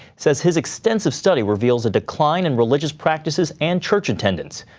says his extensive study reveals a decline in religious practices and church attendance.